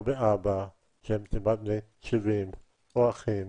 או באבא, או אחים.